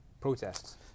protests